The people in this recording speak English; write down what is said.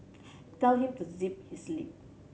tell him to zip his lip